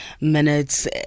minutes